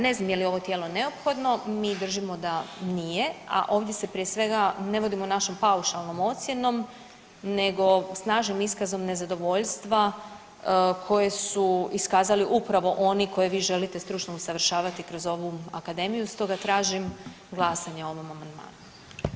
Ne znam je li ovo tijelo neophodno, mi držimo da nije, a ovdje se, prije svega, ne vodimo našom paušalnom ocjenom nego snažnim iskazom nezadovoljstva koje su iskazali upravo oni koje vi želite stručno usavršavati kroz ovu Akademiju, stoga tražim glasanje o ovom amandmanu.